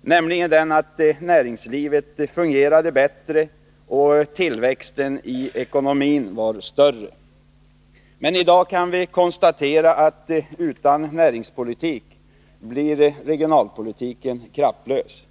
nämligen den att näringslivet fungerade bättre och tillväxten i ekonomin var större. Men i dag kan vi konstatera att utan näringspolitik blir regionalpolitiken kraftlös.